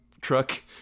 truck